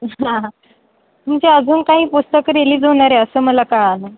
हां हां म्हणजे अजून काही पुस्तकं रिलीज होणारे असं मला कळालं